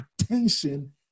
attention